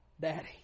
Daddy